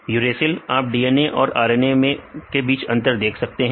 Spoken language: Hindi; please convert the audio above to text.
यूरेसिल आप DNA और RNA के बीच अंतर को देख सकते हैं